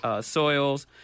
soils